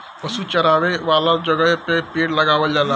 पशु चरावे वाला जगहे पे पेड़ लगावल जाला